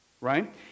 Right